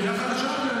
הוא החוליה החלשה,